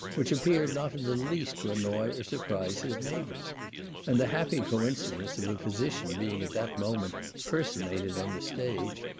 which appeared not in the least to annoy or surprise his neighbours and the happy coincidence of a physician being at that moment personated on the stage,